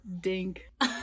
dink